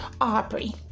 Aubrey